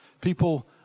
People